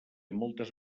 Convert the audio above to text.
moltes